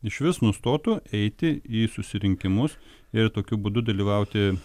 išvis nustotų eiti į susirinkimus ir tokiu būdu dalyvauti